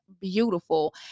beautiful